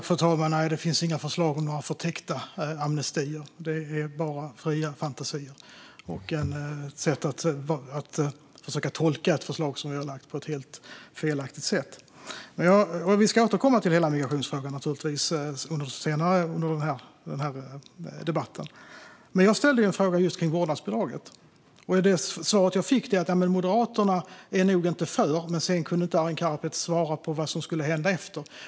Fru talman! Nej, det finns inga förslag om några förtäckta amnestier. Det är bara fria fantasier och ett sätt att försöka tolka ett förslag vi har lagt fram på ett helt felaktigt sätt. Vi ska naturligtvis återkomma till hela migrationsfrågan senare under den här debatten, men jag ställde en fråga om just vårdnadsbidraget. Svaret jag fick är att Moderaterna nog inte är för det, men Arin Karapet kunde inte svara på vad som ska hända sedan.